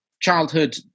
childhood